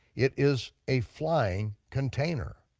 it is a flying container.